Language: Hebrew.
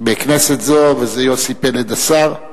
וזה יוסי פלד, השר,